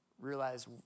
Realize